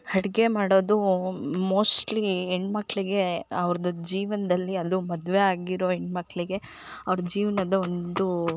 ಅಡ್ಗೆ ಮಾಡೋದೂ ಮೋಸ್ಟ್ಲಿ ಹೆಣ್ಣು ಮಕ್ಕಳಿಗೆ ಅವ್ರದ್ದು ಜೀವನದಲ್ಲಿ ಅದು ಮದುವೆ ಆಗಿರೋ ಹೆಣ್ಣು ಮಕ್ಕಳಿಗೆ ಅವ್ರ ಜೀವನದ ಒಂದು